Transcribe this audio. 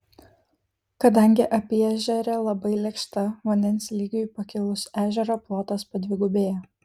kadangi apyežerė labai lėkšta vandens lygiui pakilus ežero plotas padvigubėja